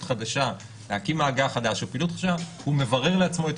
חדשה להקים מאגר חדש או פעילות חדשה הוא מברר לעצמו את